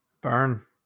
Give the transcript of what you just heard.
Burn